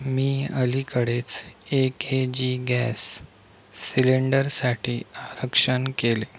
मी अलीकडेच एक A G gas सिलेंडरसाठी आरक्षण केले